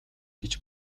гэж